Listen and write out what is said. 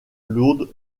lourdes